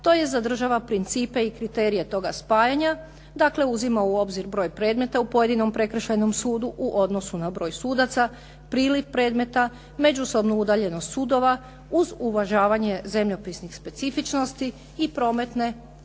tj. zadržava principe i kriterije toga spajanja, dakle uzima u obzir broj predmeta u pojedinom prekršajnom sudu u odnosu na broj sudaca, priliv predmeta, međusobnu udaljenost sudova uz uvažavanje zemljopisnih specifičnosti i prometne povezanosti,